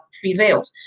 prevailed